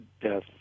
death